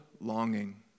longing